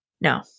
No